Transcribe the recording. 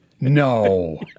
No